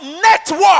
network